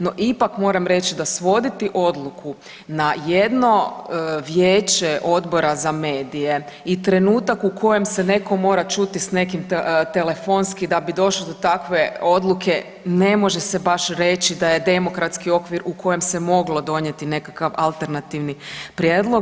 No, ipak moram reći da svoditi odluku na jedno vijeće odbora za medije i trenutak u kojem se netko mora čuti s nekim telefonski da bi došlo do takve odluke ne može se baš reći da je demokratski okvir u kojem se moglo donijeti neki alternativni prijedlog.